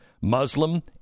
muslim